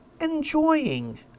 enjoying